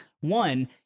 one